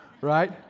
right